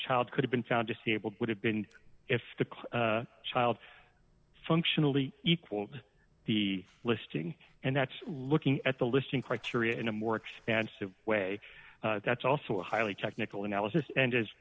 child could have been found disabled would have been if the child functionally equaled the listing and that's looking at the listing criteria in a more expansive way that's also a highly technical analysis and